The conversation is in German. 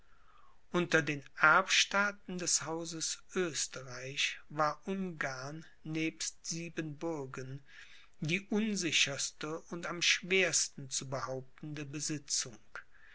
unter den erbstaaten des hauses oesterreich war ungarn nebst siebenbürgen die unsicherste und am schwersten zu behauptende besitzung